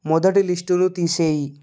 మొదటి లిస్ట్ని తీసేయి